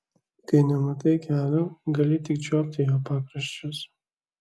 kai nematai kelio gali tik čiuopti jo pakraščius